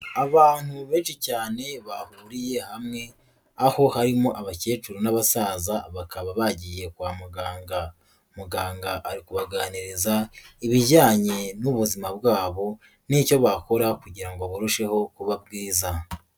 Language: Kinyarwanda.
Abantu benshi cyane bahuriye hamwe aho harimo abakecuru n'abasaza, bakaba bagiye kwa muganga. muganga ari kubaganiriza ibijyanye n'ubuzima bwabo n'icyo bakora kugira ngo burusheho kuba bwiza.